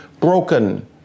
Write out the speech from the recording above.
broken